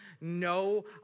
no